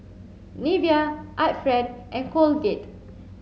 Nivea Art Friend and Colgate